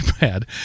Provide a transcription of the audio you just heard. bad